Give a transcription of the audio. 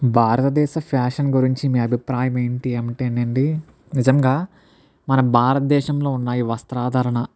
భారతదేశ ఫ్యాషన్ గురించి మీ అభిప్రాయం ఏంటి అంటేనా అండి నిజంగా మన భారతదేశంలో ఉన్న ఈ వస్త్రాధరణ